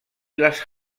les